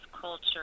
culture